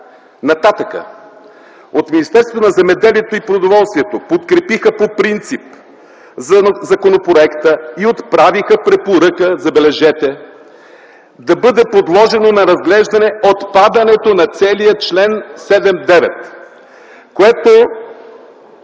Нататък: „От Министерството на земеделието и продоволствието подкрепиха по принцип законопроекта и отправиха препоръка, забележете, да бъде подложено на разглеждане отпадането на целия чл. 79, като,